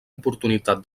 oportunitat